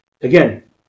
again